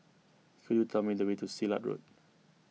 could you tell me the way to Silat Road